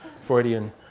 Freudian